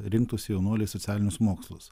rinktųsi jaunuoliai socialinius mokslus